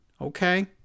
Okay